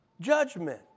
judgment